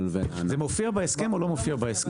לבין ה --- זה מופיע בהסכם או לא מופיע בהסכם?